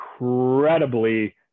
incredibly